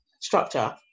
Structure